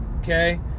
okay